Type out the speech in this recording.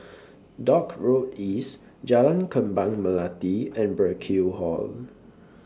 Dock Road East Jalan Kembang Melati and Burkill Hall